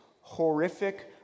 horrific